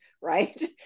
right